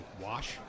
wash